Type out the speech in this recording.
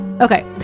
Okay